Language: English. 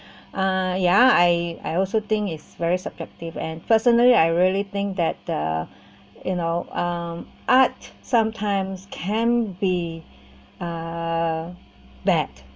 uh yea I I also think it's very subjective and personally I really think that uh you know um art sometimes can be uh bad